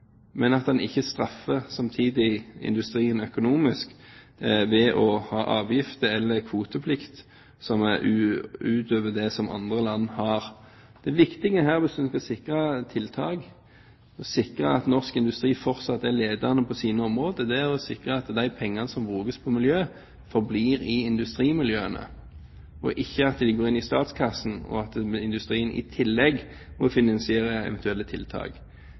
men at en ikke samtidig straffer industrien økonomisk ved å ha avgifter eller kvoteplikt utover det som andre land har. Det viktige her hvis en skal sikre tiltak og sikre at norsk industri fortsatt er ledende på sine områder, er å sikre at de pengene som brukes på miljø, forblir i industrimiljøene, og ikke går inn i statskassen og at industrien i tillegg må finansiere eventuelle tiltak.